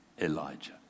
Elijah